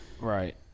right